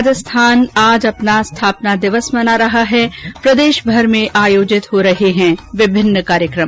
राजस्थान आज अपना स्थापना दिवस मना रहा है प्रदेशभर में आयोजित हो रहे हैं विभिन्न कार्यक्रम